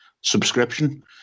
subscription